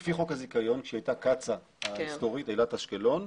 לפי חוק הזיכיון כשהיא הייתה קצא"א ההיסטורית אילת אשקלון,